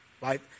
right